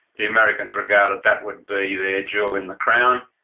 the americans regarded that would be their jewel in the crown.